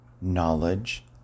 knowledge